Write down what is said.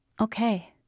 Okay